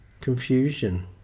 confusion